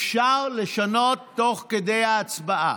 אפשר לשנות תוך כדי ההצבעה.